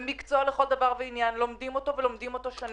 זה מקצוע לכל דבר ועניין, לומדים אותו במשך שנים,